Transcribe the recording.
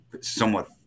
somewhat